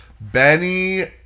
benny